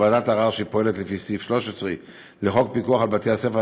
לוועדת הערר שפועלת לפי סעיף 13 לחוק פיקוח על בתי-הספר,